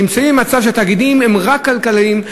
אנחנו נמצאים במצב שהתאגידים הם רק כלכליים,